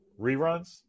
reruns